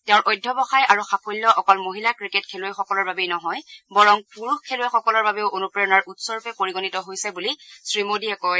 তেওঁৰ অধ্যাৱসায় আৰু সাফল্য অকল মহিলা ক্ৰিকেট খেলুৱৈসকলৰ বাবেই নহয় বৰং পুৰুষ খেলুৱৈসকলৰ বাবেও অনুপ্ৰেৰণাৰ উৎসৰূপে পৰিগণিত হৈছে বুলি শ্ৰীমোডীয়ে কয়